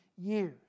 years